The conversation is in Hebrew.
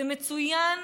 זה מצוין